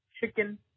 chicken